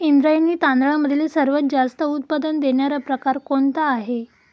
इंद्रायणी तांदळामधील सर्वात जास्त उत्पादन देणारा प्रकार कोणता आहे?